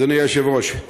אדוני היושב-ראש,